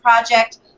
project